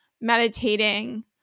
meditating